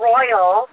Royal